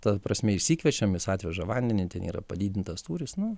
ta prasme išsikviečiam jis atveža vandenį ten yra padidintas tūris nu